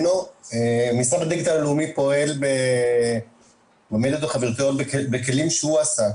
משרד הדיגיטל הלאומי פועל במדיות החברתיות בכלים שהוא עשה,